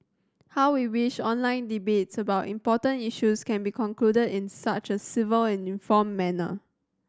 how we wish online debates about important issues can be concluded in such a civil and informed manner